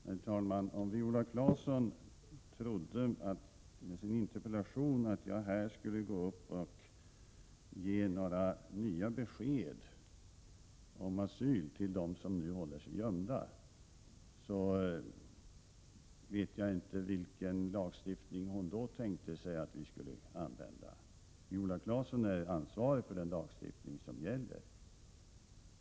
Herr talman! Om Viola Claesson med sin interpellation trodde att jag skulle gå upp här och ge några nya besked om asyl till dem som nu håller sig gömda, vet jag inte vilken lagstiftning hon tänkte sig att vi skulle använda. Viola Claesson är medansvarig för den lagstiftning som gäller.